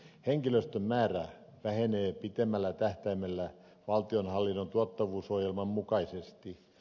henkilöstön määrä vähenee pitemmällä tähtäimellä valtionhallinnon tuottavuusohjelman mukaisesti